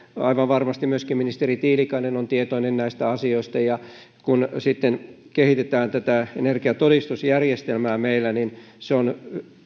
aivan varmasti myöskin ministeri tiilikainen on tietoinen näistä asioista kun sitten kehitetään tätä energiatodistusjärjestelmää meillä se on